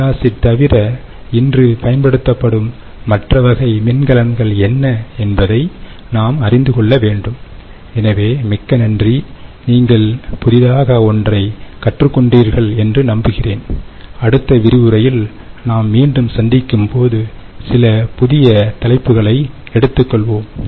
let acid தவிர இன்று பயன்படுத்தப்படும் மற்ற வகை மின்கலன்கள் என்ன என்பதை நாம் அறிந்து கொள்ள வேண்டும் எனவே மிக்க நன்றி நீங்கள் புதிதாக ஒன்றைக் கற்றுக் கொண்டீர்கள்என்று நம்புகிறேன் அடுத்த விரிவுரையில் நாம் மீண்டும் சந்திக்கும் போது சில புதிய தலைப்புகளை எடுத்துக்கொள்வோம்